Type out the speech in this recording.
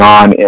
on